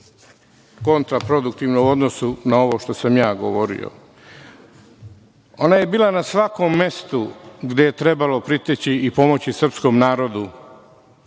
kontraproduktivno u odnosu na ovo što sam ja govorio. Ona je bila na svakom mestu gde je trebalo priteći i pomoći srpskom narodu,